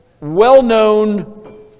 well-known